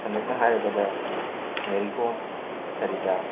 ꯁꯝꯂꯞꯅ ꯍꯥꯏꯔꯕꯗ ꯃꯦꯔꯤ ꯀꯣꯝ ꯁꯔꯤꯇꯥ